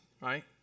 right